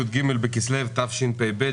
י"ג בכסלו תשפ"ב,